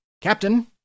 Captain